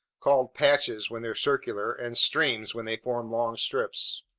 called patches when they're circular and streams when they form long strips.